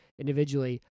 individually